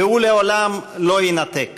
והוא לעולם לא יינתק.